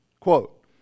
quote